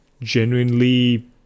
genuinely